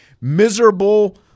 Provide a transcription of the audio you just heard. miserable –